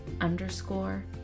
underscore